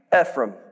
Ephraim